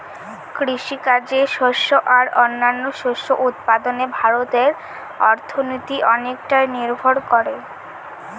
কৃষিকাজে শস্য আর ও অন্যান্য শস্য উৎপাদনে ভারতের অর্থনীতি অনেকটাই নির্ভর করে